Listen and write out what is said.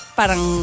parang